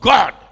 God